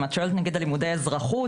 אם את שואלת על לימודי אזרחות,